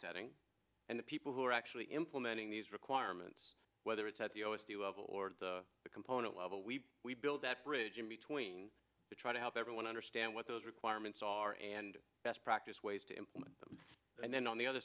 setting and the people who are actually implementing these requirements whether it's at the o s d level or at the component level we build that bridge in between to try to help everyone understand what those requirements are and best practice ways to implement them and then on the other